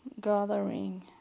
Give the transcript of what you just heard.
gathering